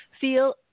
feel